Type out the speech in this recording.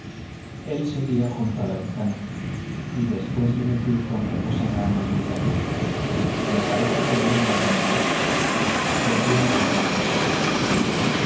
el seguía junto a la ventana y después de decir con reposada amabilidad me parece que el niño va mejor volvió a guardar silencio